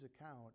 account